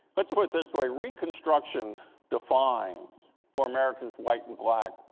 let's put it this way. reconstruction defines for americans, white and black,